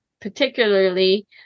particularly